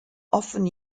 often